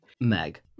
Meg